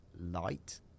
light